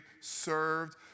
served